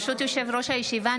ברשות יושב-ראש הישיבה,